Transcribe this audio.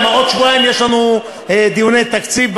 כי בעוד שבועיים יש לנו דיוני תקציב,